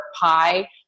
pie